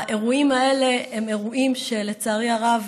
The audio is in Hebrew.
האירועים האלה הם אירועים שלצערי הרב